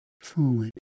forward